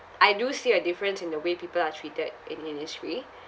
I do see a difference in the way people are treated in Innisfree